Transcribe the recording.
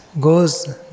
goes